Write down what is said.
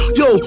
yo